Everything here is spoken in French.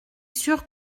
sûr